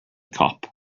cop